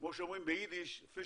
כמו שאומרים באידיש (מדבר בערבית)